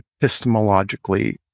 epistemologically